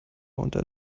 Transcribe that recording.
unter